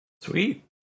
Sweet